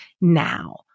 now